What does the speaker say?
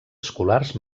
escolars